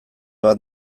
bat